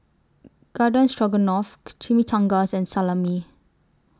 Garden Stroganoff Chimichangas and Salami